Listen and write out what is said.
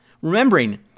remembering